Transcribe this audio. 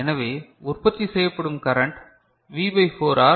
எனவே உற்பத்தி செய்யப்படும் கரண்ட் வி பை 4 ஆர்